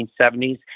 1970s